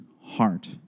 heart